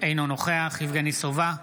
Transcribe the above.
אינו נוכח יבגני סובה,